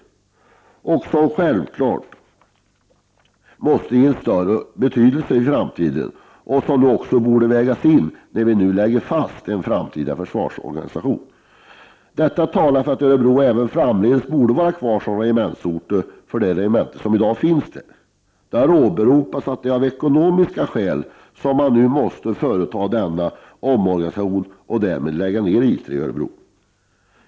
Det är en aspekt som vi självfallet måste ge större betydelse i framtiden och som också borde vägas in nu när vi lägger fast den framtida arméorganisationen. Detta talar för att Örebro även framdeles borde finnas kvar som regementsort. Det har åberopats att det är av ekonomiska skäl som man nu måste företa en omorganisation och därmed lägga ned I 3 i Örebro.